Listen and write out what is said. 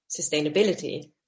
sustainability